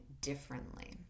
differently